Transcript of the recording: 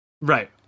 Right